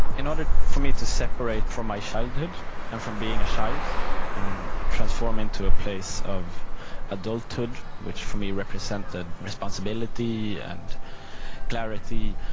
in order for me to separate from my childhood and from being a child and transforming to a place of adulthood which for me represented responsibility and clarity,